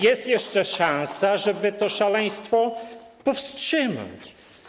Jest jeszcze szansa, żeby to szaleństwo powstrzymać.